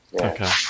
Okay